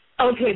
Okay